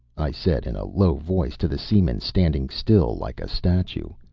i said in a low voice to the seaman standing still like a statue.